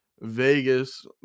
Vegas